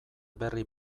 berri